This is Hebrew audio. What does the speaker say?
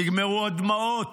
נגמרו הדמעות.